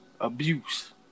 abuse